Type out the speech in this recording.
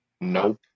Nope